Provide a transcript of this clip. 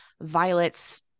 Violet's